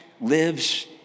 lives